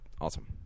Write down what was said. awesome